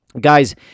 Guys